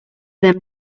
them